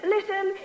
Listen